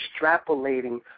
extrapolating